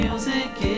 Music